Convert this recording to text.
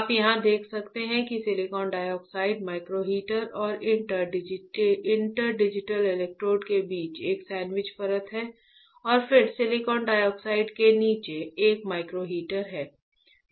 आप यहां देख सकते हैं कि सिलिकॉन डाइऑक्साइड माइक्रो हीटर और इंटर डिजिटल इलेक्ट्रोड के बीच एक सैंडविच परत है और फिर सिलिकॉन डाइऑक्साइड के नीचे एक माइक्रो हीटर है